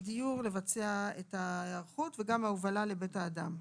דיור לבצע את ההיערכות, וגם על ההובלה לבית האדם.